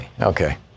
Okay